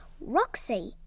roxy